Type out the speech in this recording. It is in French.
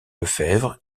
lefebvre